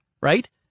Right